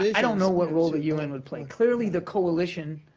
i don't know what role the un would play. clearly, the coalition,